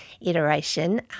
iteration